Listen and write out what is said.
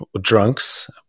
drunks